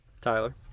Tyler